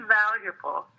valuable